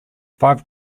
five